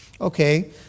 Okay